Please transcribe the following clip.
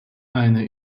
eine